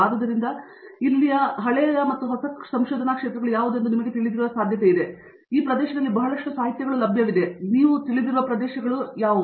ಆದ್ದರಿಂದ ಈ ಪ್ರದೇಶಗಳಲ್ಲಿ ಬಹಳಷ್ಟು ಸಾಹಿತ್ಯಗಳು ಲಭ್ಯವಿವೆ ಆದರೆ ಇನ್ನೂ ನೀವು ತಿಳಿದಿರುವ ಪ್ರದೇಶಗಳು ಇವುಗಳನ್ನು ಗಮನಿಸುತ್ತಿವೆ